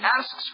asks